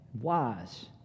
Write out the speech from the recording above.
wise